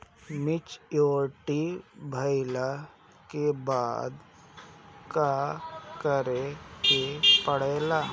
Maturity भईला के बाद का करे के पड़ेला?